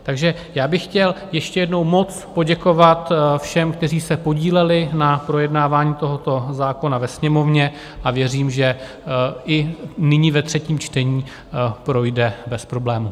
Takže já bych chtěl ještě jednou moc poděkovat všem, kteří se podíleli na projednávání tohoto zákona ve Sněmovně, a věřím, že i nyní ve třetím čtení projde bez problémů.